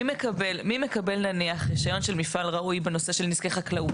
מי מקבל נניח רישיון של מפעל ראוי בנושא של נזקי חקלאות?